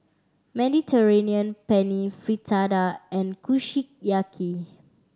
Mediterranean Penne Fritada and Kushiyaki